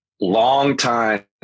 long-time